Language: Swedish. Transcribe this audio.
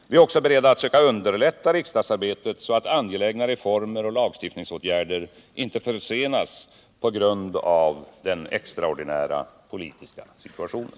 Vi är också beredda att söka underlätta riksdagsarbetet så att angelägna reformer och lagstiftningsåtgärder inte försenas på grund av den extraordinära politiska situationen.